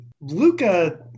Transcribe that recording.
Luca